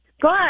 Good